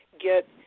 get